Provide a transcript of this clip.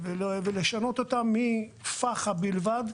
מפח״ע בלבד.